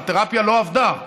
התרפיה לא עבדה,